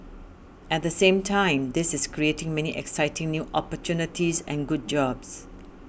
at the same time this is creating many exciting new opportunities and good jobs